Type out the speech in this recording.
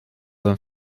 and